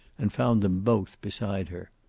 and found them both beside her.